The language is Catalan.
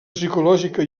psicològica